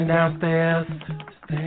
Downstairs